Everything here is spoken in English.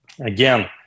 again